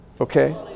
okay